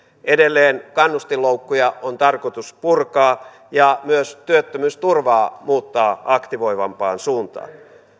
edelleen kannustinloukkuja on tarkoitus purkaa ja myös työttömyysturvaa muuttaa aktivoivampaan suuntaan